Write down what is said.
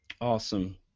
Awesome